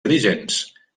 dirigents